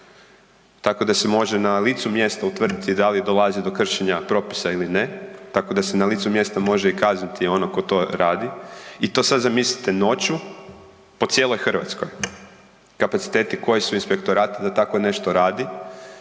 tako da se može na licu mjesta utvrditi da li dolazi do kršenja propisa ili ne, tako da se na licu mjesta može kazniti onoga tko to radi. I to sada zamislite noću po cijeloj Hrvatskoj kapaciteti koji su inspektorata da tako nešto radi.